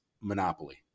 Monopoly